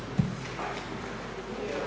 Hvala